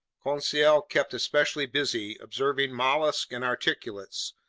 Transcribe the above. conseil kept especially busy observing mollusks and articulates,